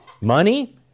money